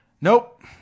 Nope